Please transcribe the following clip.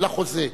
ל"חוזה",